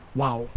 wow